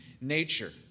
nature